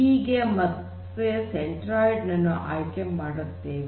ಹೀಗೆ ಮತ್ತೆ ಸೆಂಟ್ರೋಯ್ಡ್ ನನ್ನು ಆಯ್ಕೆ ಮಾಡುತ್ತೇವೆ